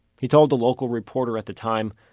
he told a local reporter at the time,